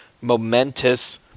momentous